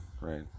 right